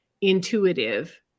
intuitive